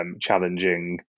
challenging